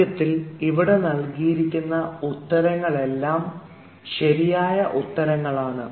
സത്യത്തിൽ ഇവിടെ നൽകിയിരിക്കുന്ന ഉത്തരങ്ങളെല്ലാം ശരിയായ ഉത്തരങ്ങൾളാണ്